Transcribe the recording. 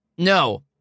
No